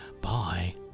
bye